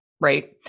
right